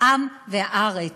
העם והארץ.